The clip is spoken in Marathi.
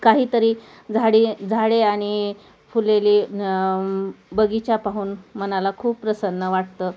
काहीतरी झाडे झाडे आणि फुललेले बगीचा पाहून मनाला खूप प्रसन्न वाटतं